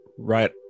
right